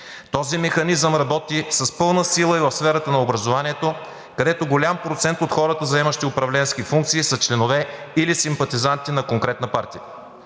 Този механизъм работи с пълна сила и в сферата на образованието, където голям процент от хората, заемащи управленски функции, са членове или симпатизанти на конкретна партия.